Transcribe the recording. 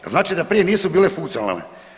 Jel' znači da prije nisu bile funkcionalne?